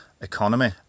economy